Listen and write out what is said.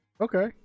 Okay